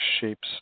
shapes